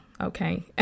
okay